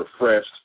refreshed